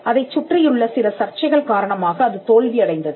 அதைச் சுற்றியுள்ள சில சர்ச்சைகள் காரணமாக அது தோல்வி அடைந்தது